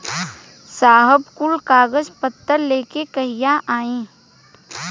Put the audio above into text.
साहब कुल कागज पतर लेके कहिया आई?